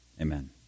Amen